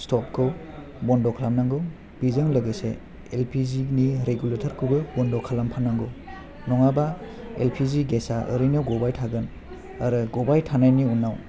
स्टबखौ बन्द' खालामनांगौ बेजों लोगोसे एल पि जि नि रेगुलेटरखौबो बन्द' खालामफानांगौ नङाबाु एल पि जि गेसा ओरैनो गबाय थागोन आरो गबाय थनायनि उनाव